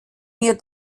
hier